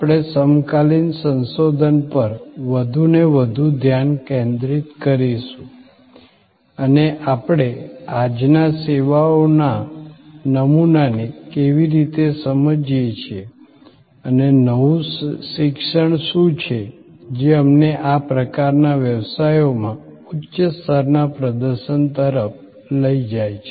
આપણે સમકાલીન સંશોધન પર વધુને વધુ ધ્યાન કેન્દ્રિત કરીશું અને આપણે આજના સેવાઓના નમૂનાને કેવી રીતે સમજીએ છીએ અને નવું શિક્ષણ શું છે જે અમને આ પ્રકારના વ્યવસાયોમાં ઉચ્ચ સ્તરના પ્રદર્શન તરફ લઈ જાય છે